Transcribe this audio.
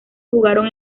jugaron